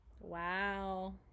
Wow